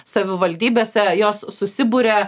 savivaldybėse jos susiburia